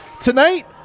tonight